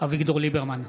אביגדור ליברמן,